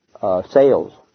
Sales